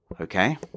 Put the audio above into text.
Okay